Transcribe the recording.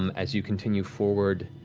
um as you continue forward,